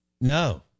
No